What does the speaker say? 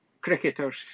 cricketers